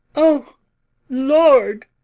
o lord,